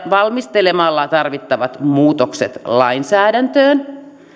valmistelemalla tarvittavat muutokset lainsäädäntöön